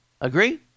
Agree